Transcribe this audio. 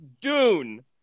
dune